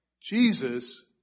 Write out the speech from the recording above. Jesus